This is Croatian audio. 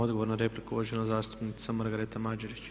Odgovor na repliku, uvažena zastupnica Margareta Mađerić.